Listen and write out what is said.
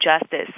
justice